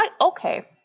Okay